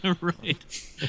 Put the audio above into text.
Right